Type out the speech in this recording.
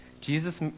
Jesus